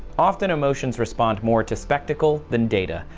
often emotions respond more to spectacle than data.